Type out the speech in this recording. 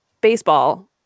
baseball